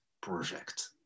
project